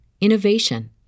innovation